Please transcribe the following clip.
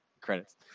Credits